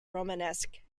romanesque